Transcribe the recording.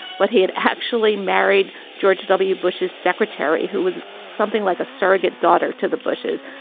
but he had actually married george w. bush's secretary, who was something like a surrogate daughter to the bushes.